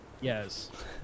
Yes